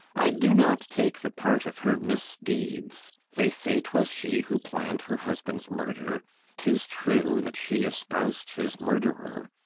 i do not take the part of her misdeeds they say twas she who planned her husband's murder tis true that she espoused his murderer.